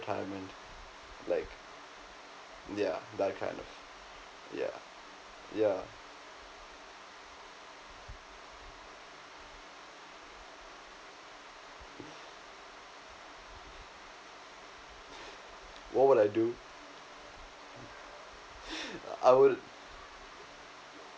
retirement like yeah that kind of yeah yeah what would I do I would